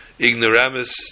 ignoramus